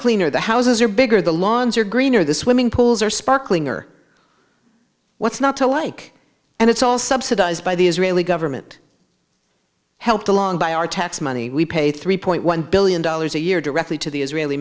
cleaner the houses are bigger the lawns are greener the swimming pools are sparkling or what's not to like and it's all subsidized by the israeli government helped along by our tax money we pay three point one billion dollars a year directly to the israeli